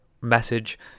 message